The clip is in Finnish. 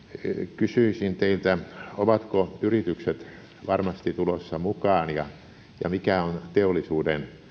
kysyisin teiltä ovatko yritykset varmasti tulossa mukaan ja mikä on teollisuuden